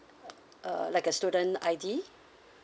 uh like a student I_D